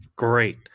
Great